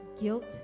guilt